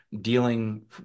dealing